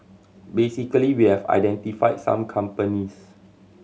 basically we have identified some companies